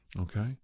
Okay